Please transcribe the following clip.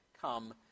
come